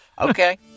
Okay